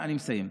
אני מסיים.